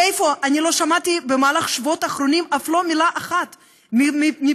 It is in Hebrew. אני לא שמעתי בשבועות האחרונים אף מילה אחת מפיכם,